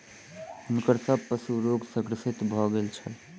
हुनकर सभ पशु रोग सॅ ग्रसित भ गेल छल